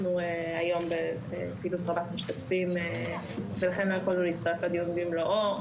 אנחנו בפעילות רבת משתתפים היום ולכן לא יכולנו להצטרף לדיון במלואו,